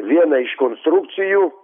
vieną iš konstrukcijų